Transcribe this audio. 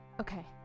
Okay